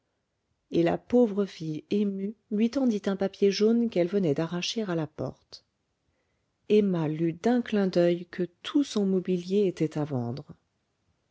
et la pauvre fille émue lui tendit un papier jaune qu'elle venait d'arracher à la porte emma lut d'un clin d'oeil que tout son mobilier était à vendre